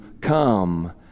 come